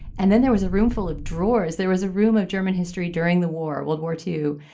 and then there was a room full of drawers. there was a room of german history during the war, world war two,